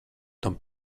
tam